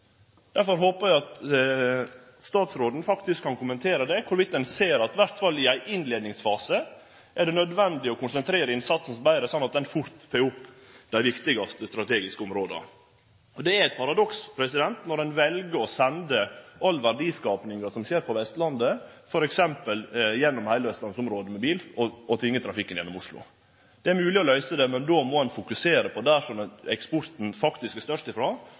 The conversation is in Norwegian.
Derfor håper eg at statsråden kan kommentere om ein – i alle fall i innleiingsfasen – ser at det er nødvendig å konsentrere innsatsen betre, sånn at ein raskt kan få opp dei viktigaste strategiske områda. Det er eit paradoks når ein vel å sende verdiskapinga som skjer på Vestlandet, f.eks. gjennom heile austlandsområdet, på veg – og tvingar trafikken gjennom Oslo. Det er mogleg å løyse det, men då må ein fokusere på dei områda der eksporten er størst